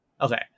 Okay